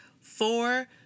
Four